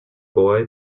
boy